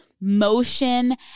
motion